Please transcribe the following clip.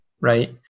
right